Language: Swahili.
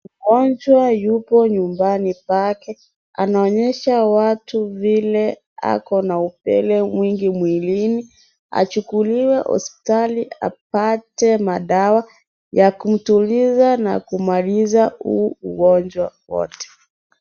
Mgonjwa yupo nyumbani pake. Anaonyesha watu vile ako na upele mwingi mwilini. Achukuliwe hospitali apate madawa ya kumtuliza na kumaliza huu ugonjwa wote.